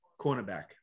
cornerback